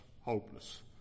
hopeless